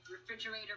Refrigerator